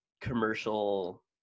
commercial